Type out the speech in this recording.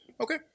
okay